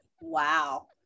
Wow